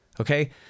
Okay